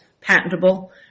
patentable